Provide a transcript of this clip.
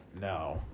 no